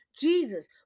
Jesus